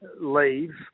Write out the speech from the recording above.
leave